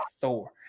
Thor